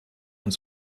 und